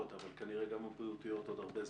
אבל כנראה גם הבריאותיות עוד הרבה זמן,